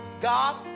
God